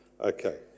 Okay